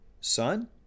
son